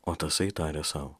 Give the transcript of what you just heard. o tasai tarė sau